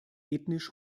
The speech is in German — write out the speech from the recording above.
ethnisch